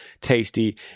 tasty